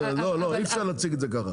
רגע לא לא, אי אפשר להציג את זה ככה.